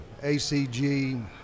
ACG